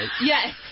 Yes